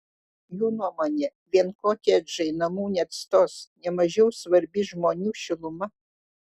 jų nuomone vien kotedžai namų neatstos ne mažiau svarbi žmonių šiluma